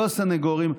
לא הסנגורים,